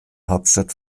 hauptstadt